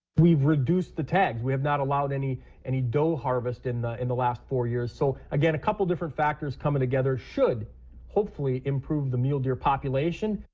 we've reduced the tags. we have not allowed any any doe harvest in the in the last four years. so again a couple of different factors coming together should hopefully improve the mule deer population.